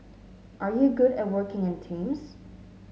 are you good at working in teams